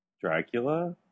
Dracula